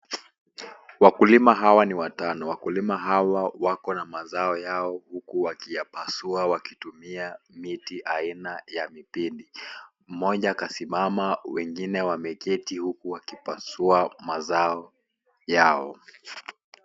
Wakulima hawa ni watano. Wakulima hawa, wako na mazao yao huku wakiyapasua ,wakitumia miti aina ya mipini. Mmoja kasimama, wengine wameketi huku wakipasua mazao yao.